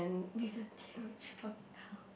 did the tail drop down